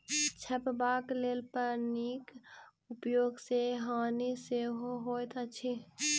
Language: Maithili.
झपबाक लेल पन्नीक उपयोग सॅ हानि सेहो होइत अछि